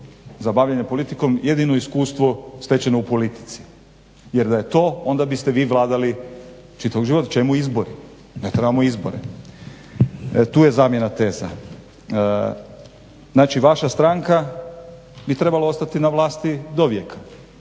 za bavljenje politikom jedino iskustvo stečeno u politici. Jer da je to onda biste vi vladali čitavog života. Čemu izbori? Ne trebamo izbore. Tu je zamjena teza. Znači vaša stranka bi trebala ostati na vlasti dovijeka.